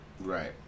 Right